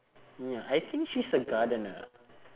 ya I think she's a gardener